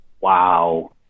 wow